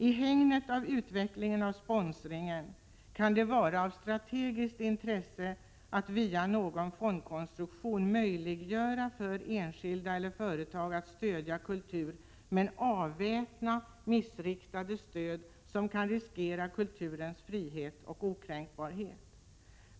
I hägnet av utvecklingen av sponsringen kan det vara av strategiskt intresse att via någon fondkonstruktion möjliggöra för enskilda eller företag att stödja kultur men avväpna missriktade stöd som kan riskera kulturens frihet och okränkbarhet.